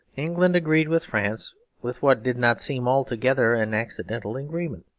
england agreed with france with what did not seem altogether an accidental agreement.